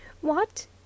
What